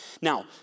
Now